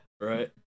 Right